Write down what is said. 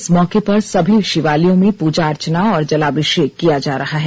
इस मौके पर सभी शिवालयों में पूजा अर्चना और जलाभिषेक किया जा रहा है